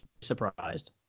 surprised